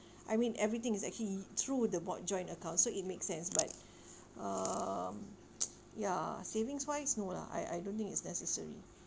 I mean everything is actually through the bought joint account so it makes sense but um ya savings wise no lah I I don't think it's necessary